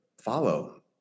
follow